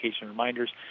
reminders